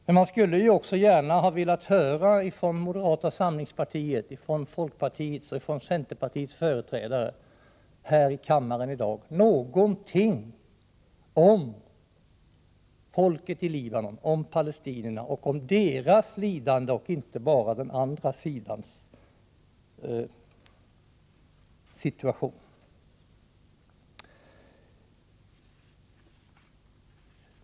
Men jag skulle gärna ha velat höra från moderata samlingspartiets, från folkpartiets och från centerpartiets företrädare här i kammaren i dag någonting om folket i Libanon, om palestinierna och om deras lidande, inte bara den andra sidans situation.